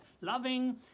loving